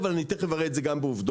אני תיכף אראה את זה גם בעובדות.